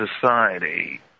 society